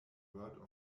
word